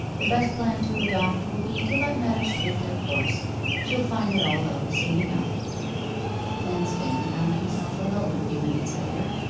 the best plan to adopt will be to let matters take their course she'll find it all out soon enough manston found himself alone a few minutes later.